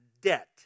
debt